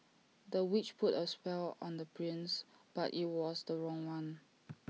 the witch put A spell on the prince but IT was the wrong one